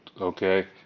okay